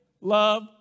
love